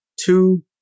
two